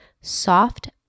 soft